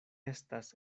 estas